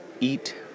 eat